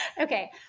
Okay